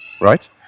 right